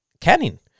canning